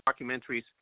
documentaries